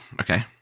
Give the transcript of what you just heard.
okay